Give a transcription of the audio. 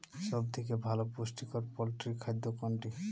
সব থেকে ভালো পুষ্টিকর পোল্ট্রী খাদ্য কোনটি?